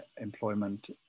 employment